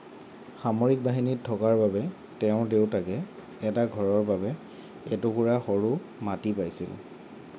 সামৰিক বাহিনীত থকাৰ বাবে তেওঁৰ দেউতাকে এটা ঘৰৰ বাবে এটুকুৰা সৰু মাটি পাইছিল